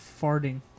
farting